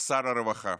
שר רווחה.